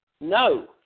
No